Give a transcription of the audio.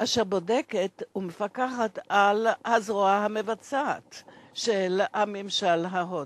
אשר בודקת ומפקחת על הזרוע המבצעת של הממשל ההודי.